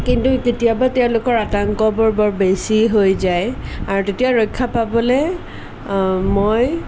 কিন্তু কেতিয়াবা তেওঁলোকৰ আতংক বৰ বৰ বেছি হৈ যায় আৰু তেতিয়া ৰক্ষা পাবলৈ মই